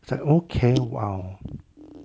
it's like okay !wow!